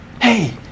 Hey